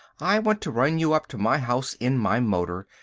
i want to run you up to my house in my motor.